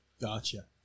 Gotcha